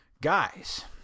Guys